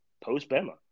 post-Bama